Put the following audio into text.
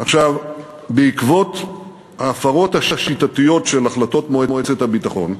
בעקבות ההפרות השיטתיות של החלטות מועצת הביטחון,